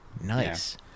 Nice